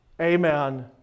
Amen